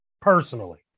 personally